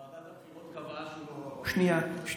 ועדת הבחירות קבעה שהוא, שנייה.